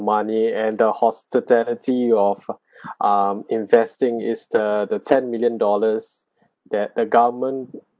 money and the hospitality of um investing is the the ten million dollars that the government